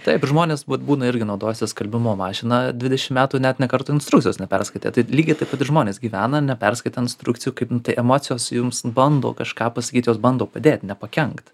taip žmonės vat būna irgi naudojasi skalbimo mašina dvidešim metų net nė karto instrukcijos neperskaitę tai lygiai taip pat ir žmonės gyvena neperskaitę instrukcijų kaip tai emocijos jums bando kažką pasakyt jos bando padėt nepakenkt